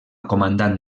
comandant